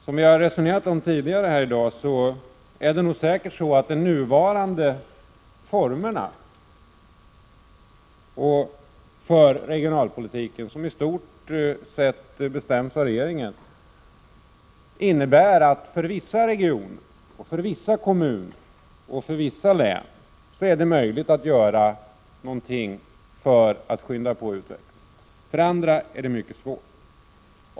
Som vi har resonerat om tidigare i dag är det säkert så att de nuvarande formerna för regionalpolitiken, som i stort sett bestäms av regeringen, innebär att det i vissa regioner, vissa kommuner och vissa län är möjligt att skynda på utvecklingen. I andra är det mycket svårt.